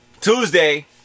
Tuesday